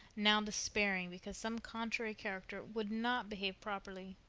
now despairing because some contrary character would not behave properly.